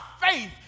faith